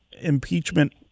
impeachment